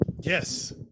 Yes